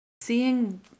Seeing